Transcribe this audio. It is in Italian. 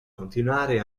continuare